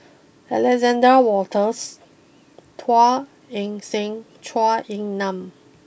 Alexander Wolters Teo Eng Seng Zhou Ying Nan